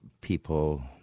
people